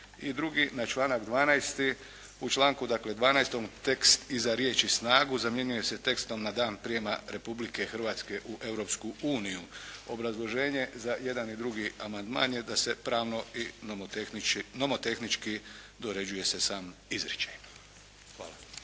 I drugi, na članak 12. U članku 12. tekst iza riječi: "snagu" zamjenjuje se tekstom: "na dan prijema Republike Hrvatske u Europsku uniju". Obrazloženje za jedan i drugi amandman je da se pravno i nomotehnički dorađuje sam izričaj. Hvala.